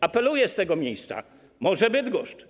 Apeluję z tego miejsca: Może Bydgoszcz?